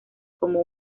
como